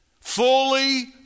Fully